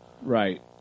Right